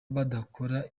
badakora